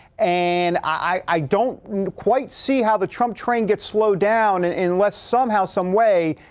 and i don't quite see how the trump train gets slowed down unless somehow, some way,